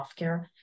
healthcare